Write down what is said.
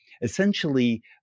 Essentially